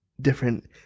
different